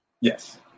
Yes